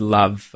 love